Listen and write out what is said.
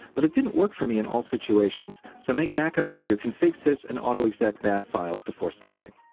but it didn't work for me in all situations, so make backups of your config sys and autoexec bat files before starting.